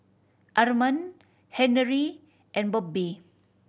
Armand Henery and Bobbie